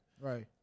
Right